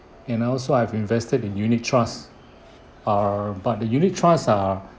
and I also I've invested in unit trusts err but the unit trusts are